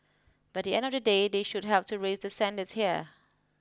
but at the end of the day they should help to raise the standards here